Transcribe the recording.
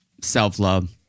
Self-love